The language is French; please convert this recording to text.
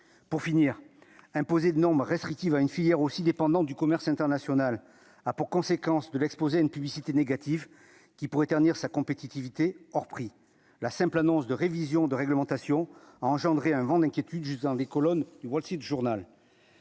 pour finir imposer de normes restrictives à une filière aussi dépendant du commerce international a pour conséquence de l'exposé une publicité négative qui pourrait ternir sa compétitivité hors prix la simple annonce de révision de réglementation engendrer un vent d'inquiétude juste dans les colonnes du Wall-Street journal.